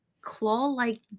claw-like